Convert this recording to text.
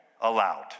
allowed